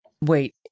Wait